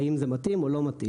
האם זה מתאים או מתאים.